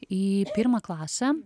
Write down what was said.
į pirmą klasę